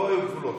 לא היו גבולות.